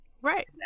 Right